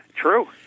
True